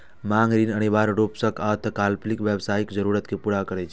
मांग ऋण अनिवार्य रूप सं अल्पकालिक व्यावसायिक जरूरत कें पूरा करै छै